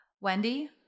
Wendy